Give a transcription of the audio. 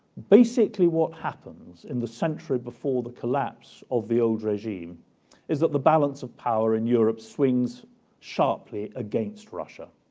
basically, what happens in the century before the collapse of the old regime is that the balance of power in europe swings sharply against russia.